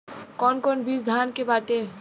कौन कौन बिज धान के बाटे?